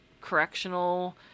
correctional